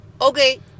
okay